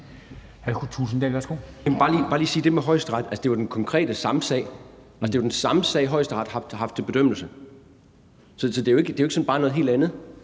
var det jo den samme sag. Det er jo den samme sag, Højesteret har haft til bedømmelse, så det er jo ikke noget helt andet.